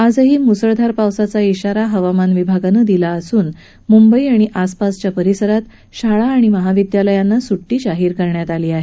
आजही मुसळधार पावसाचा इशारा हवामान विभागानं दिला असून मुंबई आणि आसपासच्या परिसरात शाळा आणि महाविद्यालयांना सुट्टी जाहीर करण्यात आली आहे